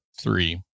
three